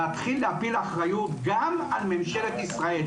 להתחיל להטיל אחריות גם על ממשלת ישראל,